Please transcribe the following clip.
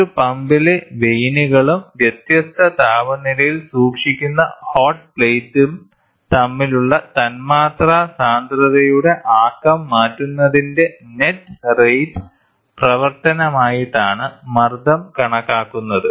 ഒരു പമ്പിലെ വാനുകളും വ്യത്യസ്ത താപനിലയിൽ സൂക്ഷിക്കുന്ന ഹോട്ട് പ്ലേറ്റും തമ്മിലുള്ള തന്മാത്രാ സാന്ദ്രതയുടെ ആക്കം മാറ്റുന്നതിന്റെ നെറ്റ് റേറ്റ് പ്രവർത്തനമായിട്ടാണ് മർദ്ദം കണക്കാക്കുന്നത്